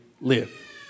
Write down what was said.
live